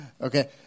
Okay